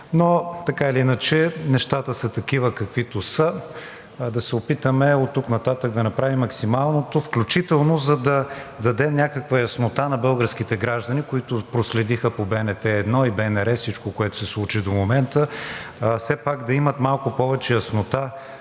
Но така или иначе, нещата са такива, каквито са. Ще се опитаме оттук нататък да направим максималното, включително за да даде някаква яснота на българските граждани, които проследиха по БНТ 1 и БНР всичко, което се случи до момента, все пак, да имат малко повече яснота